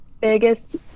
biggest